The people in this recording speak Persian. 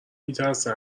میترسه